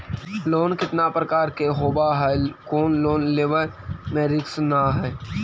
Loan कितना प्रकार के होबा है कोन लोन लेब में रिस्क न है?